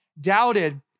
doubted